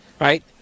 right